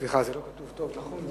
סליחה, זה לא כתוב טוב, נכון?